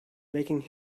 making